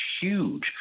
huge